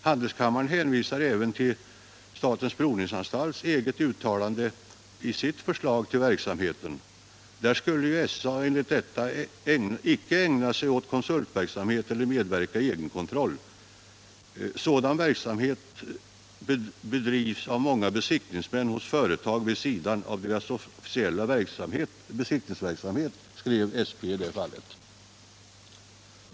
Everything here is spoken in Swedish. Handelskammaren hänvisar även till det uttalande som statens provningsanstalt gör i sitt förslag till verksamheten. SA skulle enligt detta icke ägna sig åt konsultverksamhet eller medverka i egen kontroll. Sådan verksamhet bedrivs av vad många besiktningsmän hos företag vid sidan av deras officiella besiktningsverksamhet, skrev provningsanstalten.